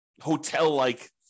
hotel-like